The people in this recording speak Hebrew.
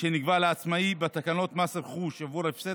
שנקבע לעצמאי בתקנות מס רכוש עבור הפסד